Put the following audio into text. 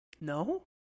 No